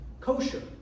kosher